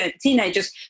teenagers